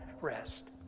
rest